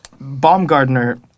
Baumgartner